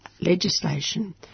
legislation